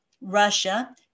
Russia